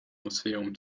museum